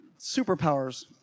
superpowers